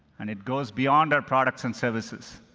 and it goes beyond our products and services.